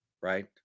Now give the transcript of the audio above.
Right